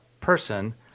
person